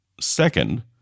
Second